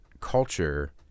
culture